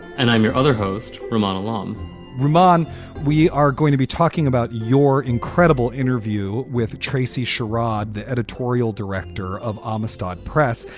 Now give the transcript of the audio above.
and i'm your other host, ramona lum reman we are going to be talking about your incredible interview with tracy charade, the editorial director of amistad press.